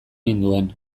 ninduen